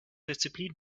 disziplin